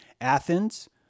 athens